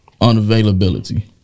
unavailability